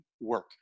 work